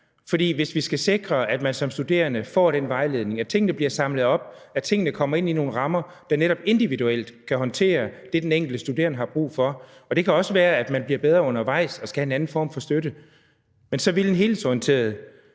for hvis vi skal sikre, at man som studerende får den vejledning, at tingene bliver samlet op, og at tingene kommer ind i nogle rammer, der netop individuelt kan håndtere det, den enkelte studerende har brug for, og det kan også være, at man bliver bedre undervejs og skal have en anden form for støtte, så ville en helhedsorienteret